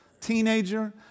Teenager